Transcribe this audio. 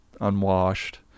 unwashed